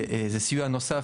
זה סיוע נוסף,